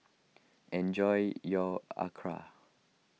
enjoy your Acar